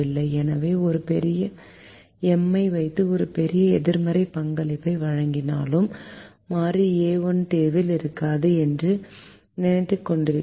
எனவே ஒரு பெரிய M ஐ வைத்து ஒரு பெரிய எதிர்மறை பங்களிப்பை வழங்கினாலும் மாறி a1 தீர்வில் இருக்காது என்று நினைத்துக்கொண்டிருக்கிறோம்